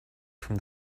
from